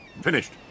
Finished